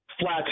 Flat